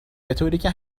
بطوریکه